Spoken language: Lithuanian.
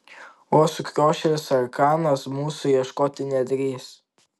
o sukriošėlis arkanas mūsų ieškoti nedrįs